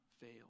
fail